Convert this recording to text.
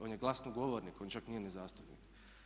On je glasnogovornik, on čak nije ni zastupnik.